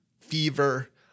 fever